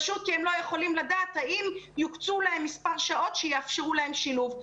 פשוט כי הם לא יכולים לדעת האם יוקצה להם מספר שעות שיאפשרו להם שילוב.